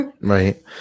right